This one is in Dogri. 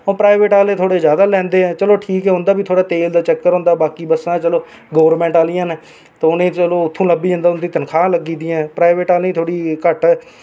ते प्राइवेट आह्ले थोह्ड़े ज्यादा लैंदे बाऽ ठीक ऐ ते उं'दा बी तेल दा चक्कर होंदा बाकी चलो गोरमैंट आह्लियां न ते उ'नेंगी चलो उत्थुं लब्भी जंदा उं'दी तन्खाह् लग्गी दियां न प्राइवेट आह्लें दी थोह्ड़ी घट्ट ऐ